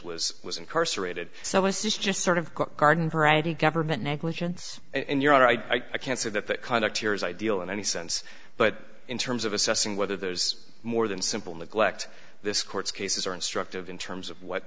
was was incarcerated so it's just sort of garden variety government negligence and you're all right i can't say that that kind of here is ideal in any sense but in terms of assessing whether there's more than simple neglect this court's cases are instructive in terms of what